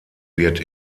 wird